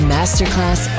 Masterclass